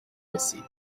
رسید